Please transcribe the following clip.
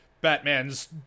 Batman's